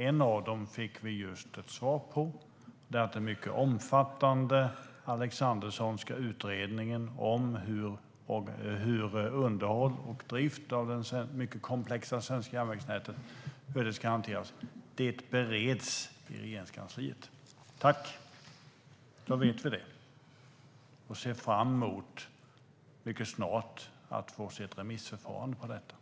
En av frågorna fick vi just ett svar på: Den mycket omfattande Alexanderssonska utredningen om hur underhåll och drift av det mycket komplexa svenska järnvägsnätet ska hanteras bereds i Regeringskansliet. Tack - då vet vi det! Vi ser fram emot att mycket snart få se ett remissförfarande av detta.